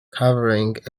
covering